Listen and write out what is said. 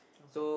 okay